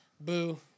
Boo